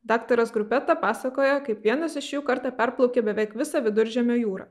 daktaras grupeta pasakoja kaip vienas iš jų kartą perplaukė beveik visą viduržemio jūrą